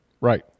Right